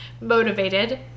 motivated